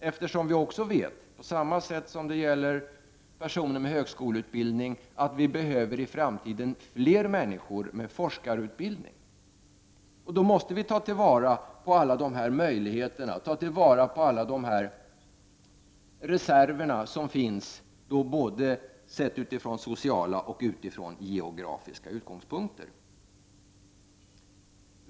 Vi vet ju att vi, på samma sätt som är fallet i fråga om personer med högskoleutbildning, i framtiden behöver fler människor med forskarutbildning. Då måste vi ta vara på alla dessa möjligheter, alla dessa reserver som finns, sett både utifrån sociala och geografiska utgångspunkter.